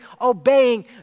obeying